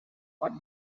what